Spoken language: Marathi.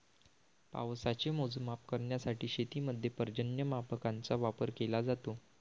पावसाचे मोजमाप करण्यासाठी शेतीमध्ये पर्जन्यमापकांचा वापर केला जातो